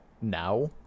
now